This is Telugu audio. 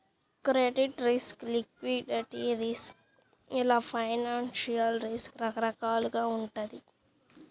క్రెడిట్ రిస్క్, లిక్విడిటీ రిస్క్ ఇలా ఫైనాన్షియల్ రిస్క్ రకరకాలుగా వుంటది